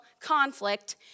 conflict